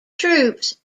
troops